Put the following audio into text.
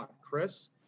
Chris